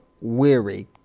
weary